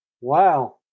wow